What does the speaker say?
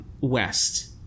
west